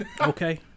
okay